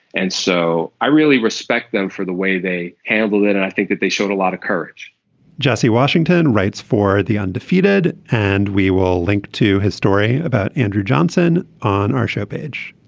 and so i really respect them for the way they handled it and i think that they showed a lot of courage jesse washington writes for the undefeated and we will link to his story about andrew johnson on our show page.